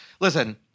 listen